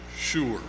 sure